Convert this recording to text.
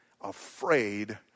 afraid